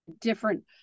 different